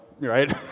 right